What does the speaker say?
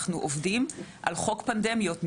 עובדים על חוק פנדמיות,